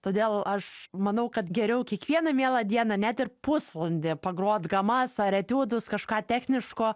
todėl aš manau kad geriau kiekvieną mielą dieną net ir pusvalandį pagrot gamas ar etiudus kažką techniško